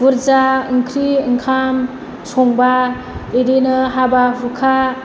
बुरजा ओंख्रि ओंखाम संबा बिदिनो हाबा हुखा